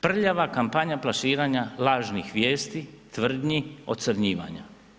Prljava kampanja plasiranja lažnih vijesti, tvrdnji, ocrnjivanja.